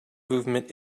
movement